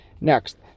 Next